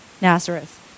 Nazareth